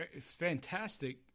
Fantastic